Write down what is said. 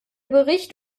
bericht